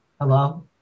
hello